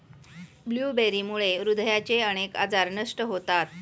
ब्लूबेरीमुळे हृदयाचे अनेक आजार नष्ट होतात